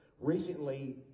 Recently